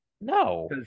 No